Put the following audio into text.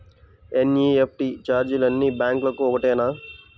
NEFT ఛార్జీలు అన్నీ బ్యాంక్లకూ ఒకటేనా?